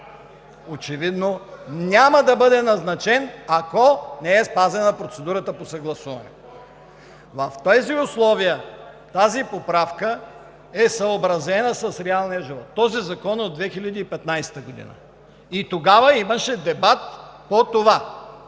Очевидно няма да бъде назначен, ако не е спазена процедурата по съгласуване. В тези условия тази поправка е съобразена с реалния живот. Този закон е от 2015 г. и тогава имаше дебат по това